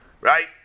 Right